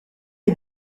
est